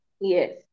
yes